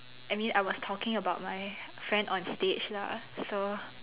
I mean I was talking about my friend on stage lah so